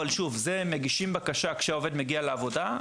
אבל שוב: מגישים בקשה כשהעובד מגיע לעבודה,